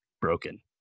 broken